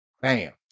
bam